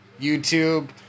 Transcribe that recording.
YouTube